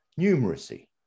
numeracy